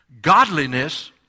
Godliness